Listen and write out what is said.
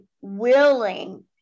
willing